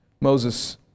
Moses